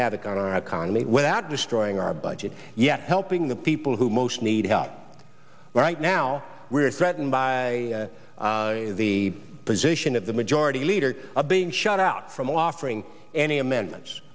havoc on our economy without destroying our budget yet helping the people who most need help right now we are threatened by the position of the majority leader of being shut out from offering any amendments